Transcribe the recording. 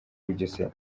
bugesera